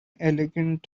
elegant